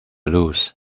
lose